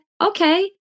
Okay